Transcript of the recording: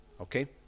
Okay